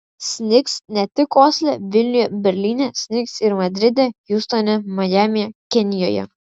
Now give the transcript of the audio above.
snigs ne tik osle vilniuje berlyne snigs ir madride hjustone majamyje kenijoje